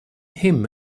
him